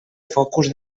focus